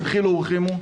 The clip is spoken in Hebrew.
בדחילו ורחימו.